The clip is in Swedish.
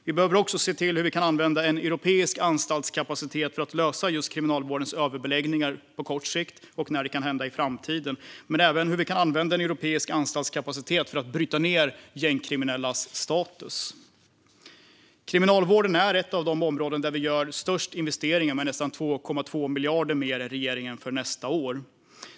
Vi behöver också se över hur vi kan använda en europeisk anstaltskapacitet för att lösa Kriminalvårdens överbeläggningar på kort sikt och när det han hända i framtiden. Men det handlar även om hur vi kan använda europeisk anstaltskapacitet för att bryta ned gängkriminellas status. Kriminalvården är ett av de områden där vi gör störst investeringar, med nästan 2,2 miljarder mer än regeringen för nästa år.